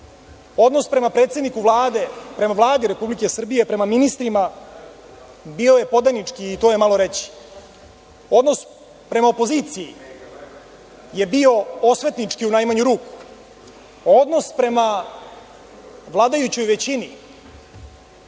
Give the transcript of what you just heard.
odnos prema predsedniku Vlade, prema Vladi Republike Srbije, prema ministrima, bio je podanički i to je malo reći. Odnos prema opoziciji je bio osvetnički, u najmanju ruku. Odnos prema vladajućoj većini